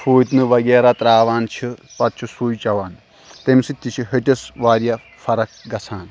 فوٗتنہٕ وغیرہ ترٛاوان چھِ پَتہٕ چھِ سُے چٮ۪وان تَمہِ سۭتۍ تہِ چھِ ۂٹِس واریاہ فرق گژھان